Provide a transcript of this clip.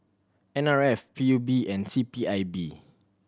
N R F P U B and C P I B